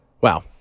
Wow